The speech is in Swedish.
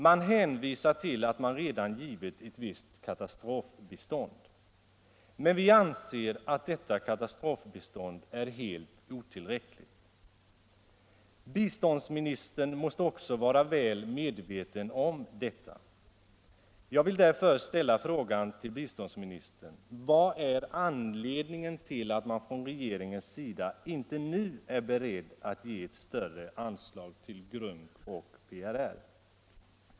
Man hänvisar till att man redan givit ett visst katastrofbistånd. Men vi anser att detta katastrofbistånd är helt otillräckligt. Biståndsministern måste också vara väl medveten om detta. Jag vill därför ställa frågan till biståndsministern: Vad är anledningen till att man från regeringens sida inte nu är beredd att ge ett större anslag till GRUNK och PRR?